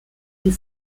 die